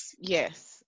Yes